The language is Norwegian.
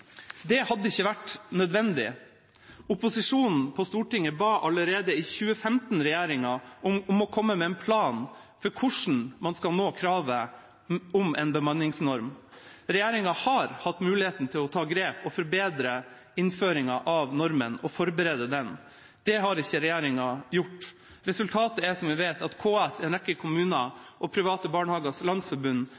Det hadde ikke vært nødvendig. Opposisjonen på Stortinget ba allerede i 2015 regjeringa om å komme med en plan for hvordan man skal nå kravet om en bemanningsnorm. Regjeringa har hatt muligheten til å ta grep og forbedre innføringa av normen og forberede den. Det har ikke regjeringa gjort. Resultatet er, som vi vet, at KS, en rekke kommuner